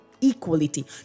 Equality